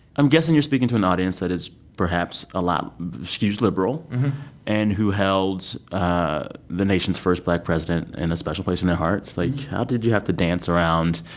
i'm guessing you're speaking to an audience that is perhaps a lot skews liberal and who holds the nation's first black president in a special place in their hearts. like, how did you have to dance around